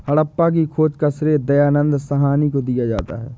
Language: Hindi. हड़प्पा की खोज का श्रेय दयानन्द साहनी को दिया जाता है